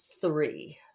three